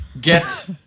Get